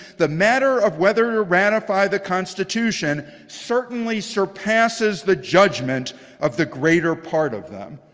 the matter of whether to ratify the constitution certainly surpasses the judgment of the greater part of them.